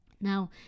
Now